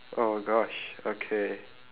oh gosh okay